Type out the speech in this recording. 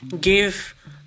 Give